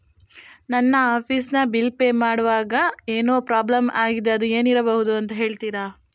ನನ್ನ ಆಫೀಸ್ ನ bill pay ಮಾಡ್ವಾಗ ಏನೋ ಪ್ರಾಬ್ಲಮ್ ಆಗಿದೆ ಅದು ಏನಿರಬಹುದು ಅಂತ ಹೇಳ್ತೀರಾ?